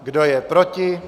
Kdo je proti?